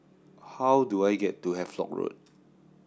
how do I get to Havelock Road